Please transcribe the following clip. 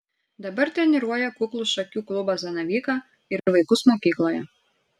dabar treniruoja kuklų šakių klubą zanavyką ir vaikus mokykloje